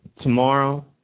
tomorrow